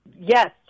Yes